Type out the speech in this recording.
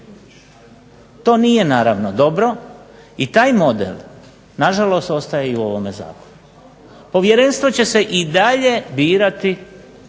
To nije naravno dobro, i taj model na žalost ostaje i u ovome zakonu. Povjerenstvo će se i dalje birati